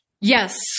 Yes